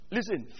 Listen